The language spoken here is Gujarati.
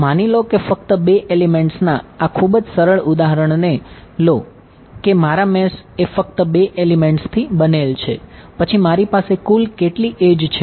તો માની લો કે ફક્ત 2 એલિમેંટ્સના આ ખૂબ જ સરળ ઉદાહરણને લો કે મારા મેશ એ ફક્ત 2 એલિમેંટ્સથી બનેલ છે પછી મારી પાસે કુલ કેટલી એડ્જ છે